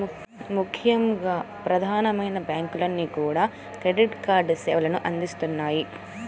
ముఖ్యంగా ప్రధానమైన బ్యాంకులన్నీ కూడా క్రెడిట్ కార్డు సేవల్ని అందిత్తన్నాయి